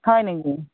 হয় নেকি